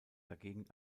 dagegen